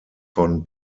von